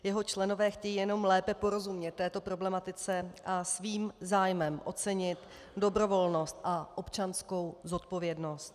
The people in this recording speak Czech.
Jeho členové chtějí jenom lépe porozumět této problematice a svým zájmem ocenit dobrovolnost a občanskou zodpovědnost.